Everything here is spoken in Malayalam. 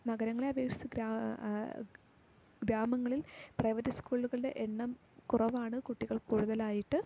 നഗരങ്ങളെ അപേക്ഷിച്ച് ഗ്രാ ഗ്രാമങ്ങളിൽ പ്രൈവറ്റ്സ്കൂ ളുകളുടെ എണ്ണം കുറവാണ് കുട്ടികൾ കൂടുതലായിട്ട്